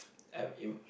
I it would